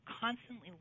constantly